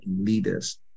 leaders